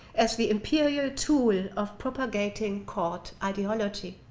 as the imperial tool of propagating court ideology.